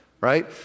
right